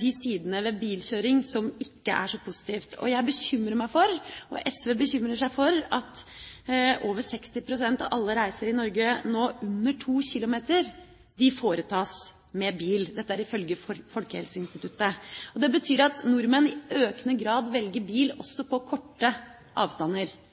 de sidene ved bilkjøring som ikke er så positive. Og jeg bekymrer meg for, og SV bekymrer seg for, at over 60 pst. av alle reiser i Norge – nå under to kilometer – foretas med bil, ifølge Folkehelseinstituttet. Det betyr at nordmenn i økende grad velger bil også på korte avstander